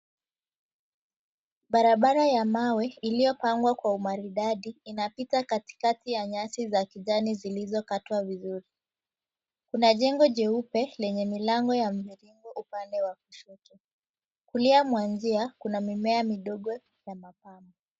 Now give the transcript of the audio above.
Barabara ya mawe iliyopangwa kwa umaridadi inapita katikati ya nyasi za kijani zilizokatwa vizuri. Kuna jengo jeupe lenye milango ya mviringo upande wa kushoto. Kulia mwanzia kuna mimea midogo ya mapambo.